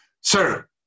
Sir